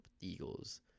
Eagles